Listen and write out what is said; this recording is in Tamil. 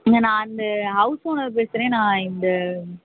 ஏங்க நான் இந்த ஹவுஸ் ஓனர் பேசுகிறேன் நான் இந்த